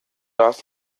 off